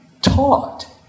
taught